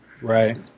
Right